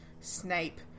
Snape